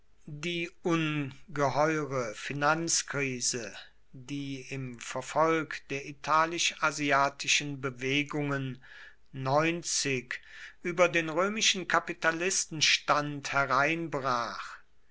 die ungeheure finanzkrise die im verfolg der italisch asiatischen bewegungen über den römischen kapitalistenstand hereinbrach